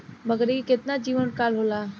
बकरी के केतना जीवन काल होला?